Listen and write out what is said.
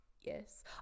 Yes